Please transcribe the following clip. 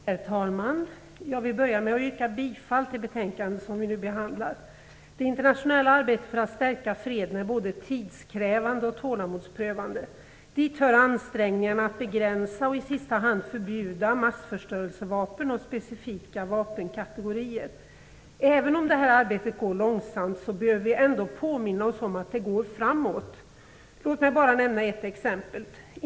Herr talman! Jag vill börja med att yrka bifall till hemställan i det betänkande som vi nu behandlar. Det internationella arbetet för att stärka freden är både tidskrävande och tålamodsprövande. Dit hör ansträngningarna att begränsa och i sista hand förbjuda massförstörelsevapen och specifika vapenkategorier. Även om detta arbete går långsamt, behöver vi ändå påminna oss om att det går framåt. Låt mig bara nämna ett exempel.